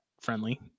friendly